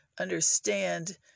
understand